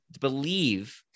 believe